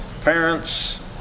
Parents